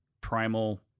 primal